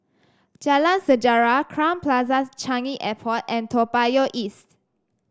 Jalan Sejarah Crowne Plaza Changi Airport and Toa Payoh East